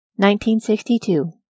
1962